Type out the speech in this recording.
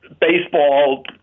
baseball